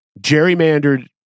gerrymandered